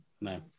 No